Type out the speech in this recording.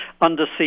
undersea